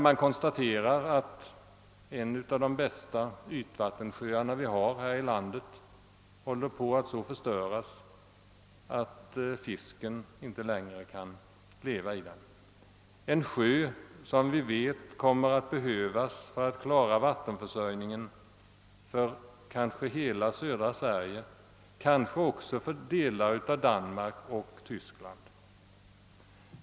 Man konstaterar att en av de bästa ytvattensjöar som vi har här i landet håller på att så förstöras, att fisken inte längre kan leva i den, Vi vet att denna sjö kommer att behövas för att klara vattenförsörjningen för kanske hela Sverige — kanske också för delar av Danmark och Tyskland.